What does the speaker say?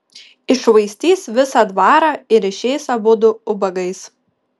iššvaistys visą dvarą ir išeis abudu ubagais